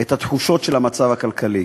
את התחושות של המצב הכלכלי,